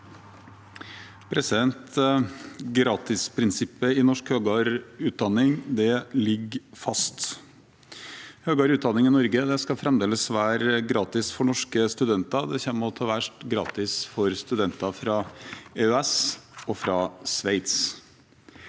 Gratisprinsip- pet i norsk høyere utdanning ligger fast. Høyere utdanning i Norge skal fremdeles være gratis for norske studenter. Det kommer også til å være gratis for studenter fra EØS og fra Sveits.